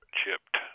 chipped